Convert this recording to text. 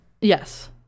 Yes